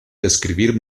describir